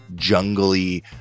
jungly